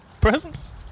Presents